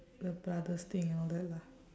the brother's thing and all that lah